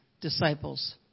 disciples